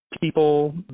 people